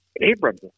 Abram's